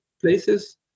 places